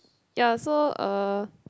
ya so uh